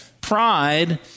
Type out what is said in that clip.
Pride